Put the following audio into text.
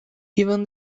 even